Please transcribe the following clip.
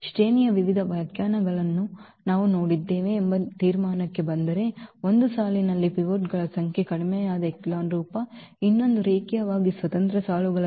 ಶ್ರೇಣಿಯ ವಿವಿಧ ವ್ಯಾಖ್ಯಾನಗಳನ್ನು ನಾವು ನೋಡಿದ್ದೇವೆ ಎಂಬ ತೀರ್ಮಾನಕ್ಕೆ ಬಂದರೆ ಒಂದು ಸಾಲಿನಲ್ಲಿನ ಪಿವೋಟ್ಗಳ ಸಂಖ್ಯೆ ಕಡಿಮೆಯಾದ ಎಚೆಲಾನ್ ರೂಪ ಇನ್ನೊಂದು ರೇಖೀಯವಾಗಿ ಸ್ವತಂತ್ರ ಸಾಲುಗಳ ಸಂಖ್ಯೆ